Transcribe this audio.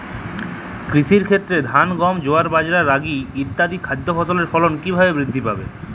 কৃষির ক্ষেত্রে ধান গম জোয়ার বাজরা রাগি ইত্যাদি খাদ্য ফসলের ফলন কীভাবে বৃদ্ধি পাবে?